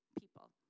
people